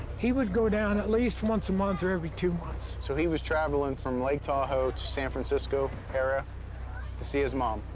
he would go down at least once a month or every two months. so he was traveling from lake tahoe to san francisco area to see his mom?